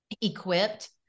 equipped